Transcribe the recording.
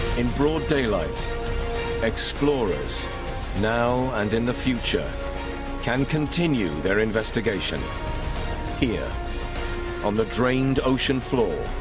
in broad daylight explorers now and in the future can continue their investigation here on the drained ocean floor